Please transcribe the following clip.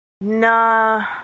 nah